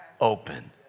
open